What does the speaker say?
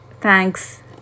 Thanks